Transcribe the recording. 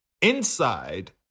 inside